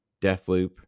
Deathloop